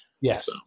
Yes